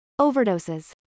Overdoses